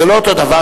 זה לא אותו דבר.